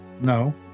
No